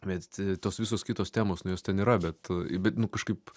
bet tos visos kitos temos nu jos ten yra bet bet nu kažkaip